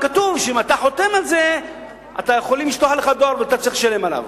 שאם אתה חותם על זה יכולים לשלוח לך דואר ואתה צריך לשלם עליו.